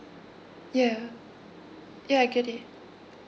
yeah yeah I get it